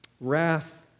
Wrath